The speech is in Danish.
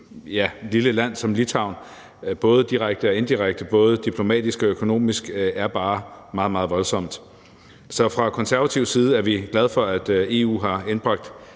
et lille land som Litauen, både direkte og indirekte, både diplomatisk og økonomisk, er bare meget, meget voldsomt. Så fra Konservatives side er vi glade for, at EU har indbragt